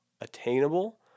attainable